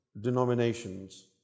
denominations